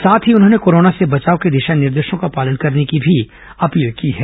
साथ ही उन्होंने कोरोना से बचाव के दिशा निर्देशों का पालन करने की भी अपील की है